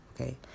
Okay